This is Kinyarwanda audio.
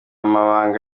mabanga